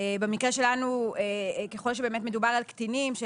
במקרה שלנו ככל שמדובר על קטינים,